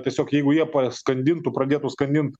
tiesiog jeigu jie paskandintų pradėtų skandint